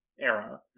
era